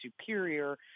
superior